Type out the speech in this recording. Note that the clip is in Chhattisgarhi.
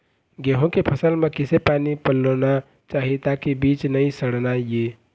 गेहूं के फसल म किसे पानी पलोना चाही ताकि बीज नई सड़ना ये?